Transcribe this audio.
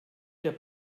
der